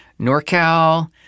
NorCal